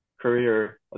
career